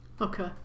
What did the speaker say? Okay